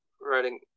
writing